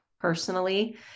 personally